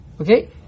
Okay